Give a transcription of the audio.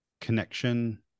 connection